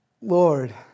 Lord